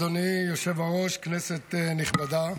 אדוני היושב-ראש, כנסת נכבדה,